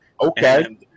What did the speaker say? Okay